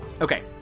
Okay